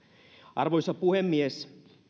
arvoisa puhemies